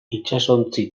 itsasontzi